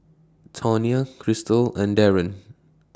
Tonia Krystal and Darren